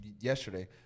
yesterday